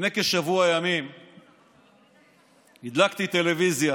לפני כשבוע ימים הדלקתי טלוויזיה